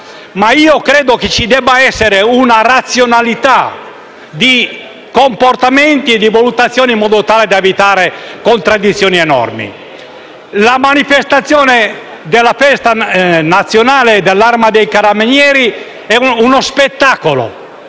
Ma io credo che ci debba essere una razionalità di comportamenti e di valutazioni per evitare contraddizioni enormi. La manifestazione della festa anniversaria dell'Arma dei Carabinieri è uno spettacolo